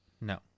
No